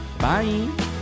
Bye